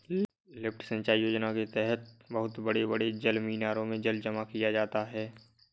lift सिंचाई योजना के तहद बहुत बड़े बड़े जलमीनारों में जल जमा किया जाता है